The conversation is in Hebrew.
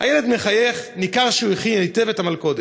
הילד מחייך, ניכר שהוא הכין היטב את המלכודת: